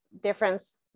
difference